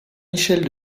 michel